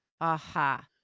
Aha